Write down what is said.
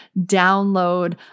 download